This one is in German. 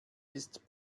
ist